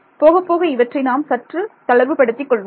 போகப்போக இவற்றை நாம் சற்று தளர்வுபடுத்திக் கொள்வோம்